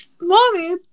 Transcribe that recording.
mommy